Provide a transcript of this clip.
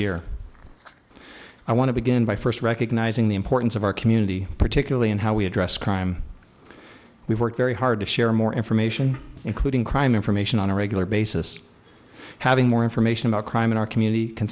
year i want to begin by first recognizing the importance of our community particularly in how we address crime we work very hard to share more information including crime information on a regular basis having more information about crime in our community can